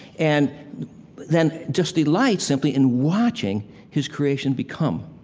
and then just delights simply in watching his creation become.